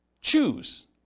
choose